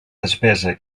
despesa